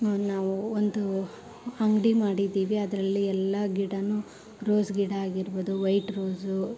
ನಾವು ಒಂದು ಅಂಗಡಿ ಮಾಡಿದೀವಿ ಅದರಲ್ಲಿ ಎಲ್ಲ ಗಿಡಾನೂ ರೋಸ್ ಗಿಡ ಆಗಿರ್ಬೋದು ವೈಟ್ ರೋಸು